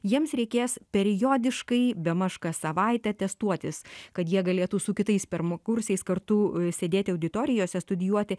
jiems reikės periodiškai bemaž kas savaitę testuotis kad jie galėtų su kitais pirmakursiais kartų sėdėti auditorijose studijuoti